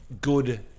good